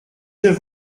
neuf